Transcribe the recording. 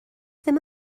ddim